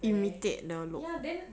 imitate the look